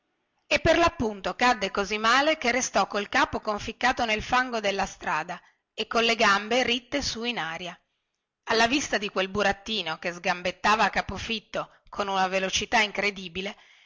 e per lappunto cadde così male che restò col capo conficcato nel fango della strada e con le gambe ritte su in aria alla vista di quel burattino che sgambettava a capofitto con una velocità incredibile